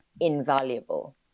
invaluable